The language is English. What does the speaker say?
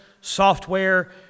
software